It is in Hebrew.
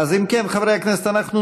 אם כן, חברי הכנסת, אנחנו